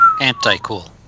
anti-cool